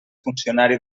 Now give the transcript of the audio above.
funcionari